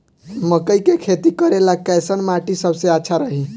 मकई के खेती करेला कैसन माटी सबसे अच्छा रही?